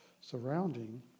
surrounding